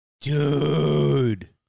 Dude